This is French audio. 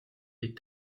est